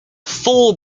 full